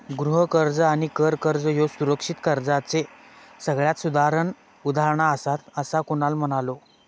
गृह कर्ज आणि कर कर्ज ह्ये सुरक्षित कर्जाचे सगळ्यात साधारण उदाहरणा आसात, असा कुणाल म्हणालो